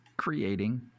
Creating